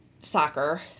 soccer